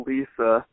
Lisa